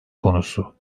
konusu